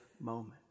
moment